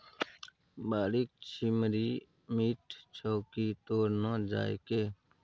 बाड़ीक छिम्मड़ि मीठ छौ की तोड़ न जायके